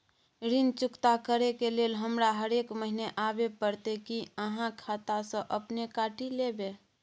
ऋण चुकता करै के लेल हमरा हरेक महीने आबै परतै कि आहाँ खाता स अपने काटि लेबै?